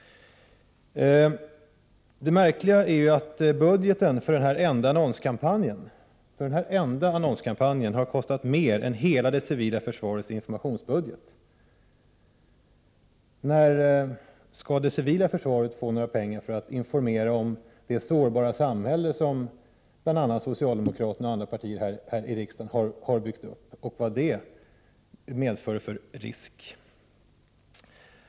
Det märkliga är att budgeten för denna enda annonskampanj är större än det civila försvarets hela informationsbudget. När skall det civila försvaret få några pengar för att informera om det sårbara samhälle som socialdemokrater och andra partier har byggt upp och vilka risker som detta för med sig?